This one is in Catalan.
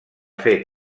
fer